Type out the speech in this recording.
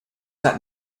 that